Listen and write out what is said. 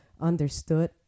understood